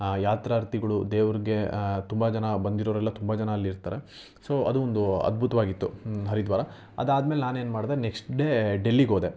ಯಾತ್ರಾರ್ಥಿಗಳು ದೇವ್ರಿಗೆ ತುಂಬ ಜನ ಬಂದಿರೋವ್ರೆಲ್ಲ ತುಂಬ ಜನ ಅಲ್ಲಿರ್ತಾರೆ ಸೊ ಅದು ಒಂದು ಅದ್ಭುತವಾಗಿತ್ತು ಹರಿದ್ವಾರ ಅದು ಆದ ಮೇಲೆ ನಾನು ಏನು ಮಾಡಿದೆ ನೆಕ್ಸ್ಟ್ ಡೇ ಡೆಲ್ಲಿಗೆ ಹೋದೆ